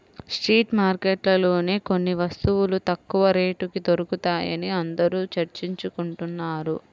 street మార్కెట్లలోనే కొన్ని వస్తువులు తక్కువ రేటుకి దొరుకుతాయని అందరూ చర్చించుకుంటున్నారు